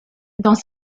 dans